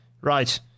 right